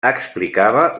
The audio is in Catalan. explicava